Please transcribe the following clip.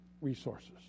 resources